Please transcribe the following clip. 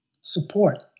support